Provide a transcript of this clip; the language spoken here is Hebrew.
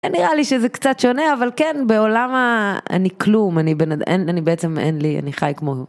נראה לי שזה קצת שונה אבל כן, בעולם ה... אני כלום, אני בעצם אין לי... אני חי כמו...